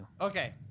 Okay